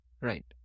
Right